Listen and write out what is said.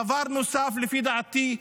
דבר נוסף: לפי דעתי,